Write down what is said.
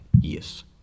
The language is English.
Yes